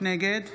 נגד